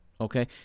okay